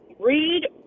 read